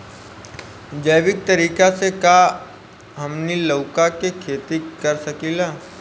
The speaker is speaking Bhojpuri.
जैविक तरीका से का हमनी लउका के खेती कर सकीला?